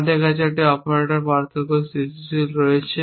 আমাদের কাছে একটি অপারেটর পার্থক্য স্থিতিশীল রয়েছে